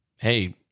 Hey